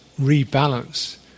rebalance